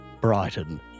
Brighton